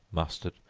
mustard,